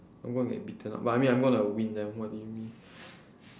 I'm gonna get beaten up but I mean I'm gonna win them what do you mean